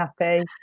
happy